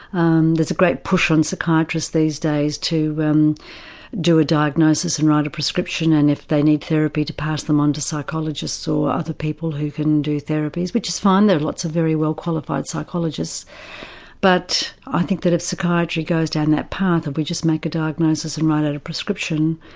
um there's a great push on psychiatrists these days to um do a diagnosis and write a prescription and if they need therapy to pass them on to psychologists or other people who can do therapies. which is fine, there's lots of very well qualified psychologists but i think that if psychiatry goes down that path, if we just make a diagnosis and write out a prescription,